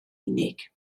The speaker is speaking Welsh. unig